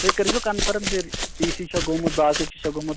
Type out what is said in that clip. تُہی کٔرزِیٚو کَنفٔرٕم زِپی سی چھا گوٚمُت باقٕے چیٖزچھا گوٚمُت